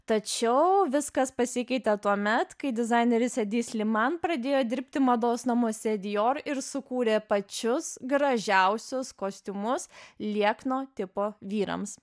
tačiau viskas pasikeitė tuomet kai dizaineris edi sliman pradėjo dirbti mados namuose dior ir sukūrė pačius gražiausius kostiumus liekno tipo vyrams